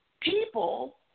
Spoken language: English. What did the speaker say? people